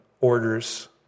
orders